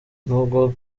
nubwo